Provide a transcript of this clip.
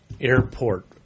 airport